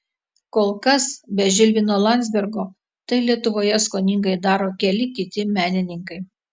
kol kas be žilvino landzbergo tai lietuvoje skoningai daro keli kiti menininkai